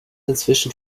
inzwischen